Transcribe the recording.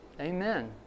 Amen